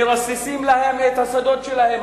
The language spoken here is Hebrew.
מרססים להם את השדות שלהם.